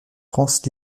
france